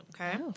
Okay